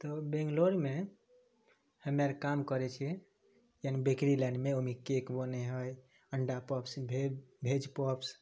तऽ बैंगलोरमे हमे आर काम करै छियै यानी बेकरी लाइनमे केक बनै है अंडा पॉप्स भेज भेज पॉप्स